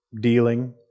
dealing